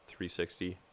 360